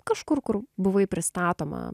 kažkur kur buvai pristatoma